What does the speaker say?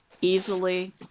easily